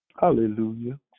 Hallelujah